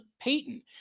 Payton